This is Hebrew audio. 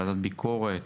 ועדת ביקורת,